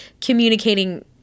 communicating